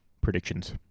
predictions